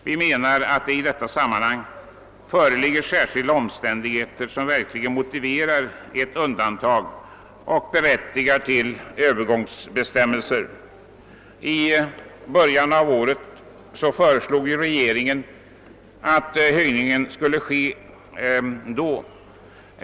Vi menar att det i detta sammanhang föreligger särskilda omständigheter som verkligen motiverar ett undantag och berättigar till övergångsbestämmelser. I början av året föreslog ju regeringen att höjningen skulle ske då.